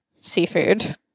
seafood